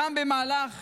גם במהלך